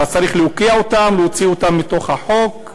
אתה צריך להוקיע אותם, להוציא אותם מחוץ לחוק,